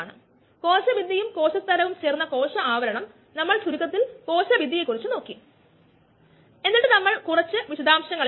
ചോദ്യം ഇപ്രകാരമാണ് ഒരു വ്യവസായ ശാസ്ത്രജ്ഞൻ കൃഷി സമയത്ത് കോശങ്ങളുടെ കൾച്ചറിന്റെ ഫലമായുണ്ടാകുന്ന ഒരു വിഷവസ്തുക്കളെ പുറന്തള്ളുന്നതിനുള്ള ഒരു പുതിയ രീതി പഠിക്കുന്നു